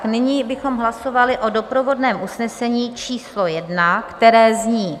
Nyní bychom hlasovali o doprovodném usnesení číslo jedna, které zní: